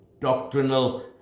doctrinal